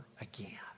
again